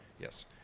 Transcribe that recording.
Yes